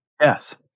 Yes